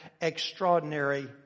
extraordinary